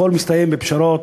הכול מסתיים בפשרות.